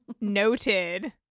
noted